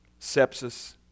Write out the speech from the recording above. sepsis